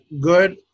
good